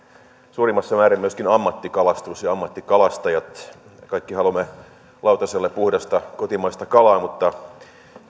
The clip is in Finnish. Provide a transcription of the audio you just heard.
suurimmassa määrin myöskin ammattikalastus ja ammattikalastajat me kaikki haluamme lautaselle puhdasta kotimaista kalaa mutta